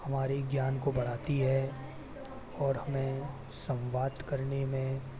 हमारे ज्ञान को बढ़ाती है और हमें संवाद करने में